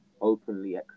openly